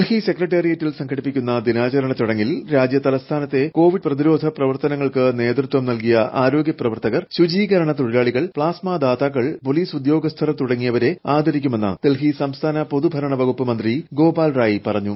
ഡൽഹി സെക്രട്ടേറിയറ്റിൽ സംഘടിപ്പിക്കുന്ന ദിന്റിച്ചരണ ചടങ്ങിൽ രാജ്യ തലസ്ഥാനത്തെ കോവിഡ് പ്രതിരോ്ധ പ്രവർത്തനങ്ങൾക്ക് നേതൃത്വം നൽകിയ ആരോഗ്യ പ്രവർത്തകർ ശുചീകരണ തൊഴിലാളികൾ പ്ലാസ്മ പ്രദ്യാതാക്കൾ പോലീസ് ഉദ്യോഗസ്ഥർ തുടങ്ങിയവരെ ആദ്യരിക്കുമെന്ന് ഡൽഹി സംസ്ഥാന പൊതുഭരണ വകുപ്പ് മന്ത്രി ഗോപാൽ റായി പറഞ്ഞു